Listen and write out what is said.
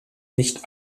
nicht